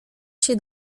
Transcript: się